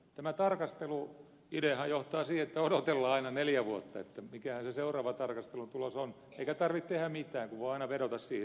tämä tarkasteluideahan johtaa siihen että odotellaan aina neljä vuotta mikähän se seuraava tarkastelun tulos on eikä tarvitse tehdä mitään kun voi aina vedota siihen